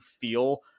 feel